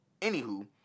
anywho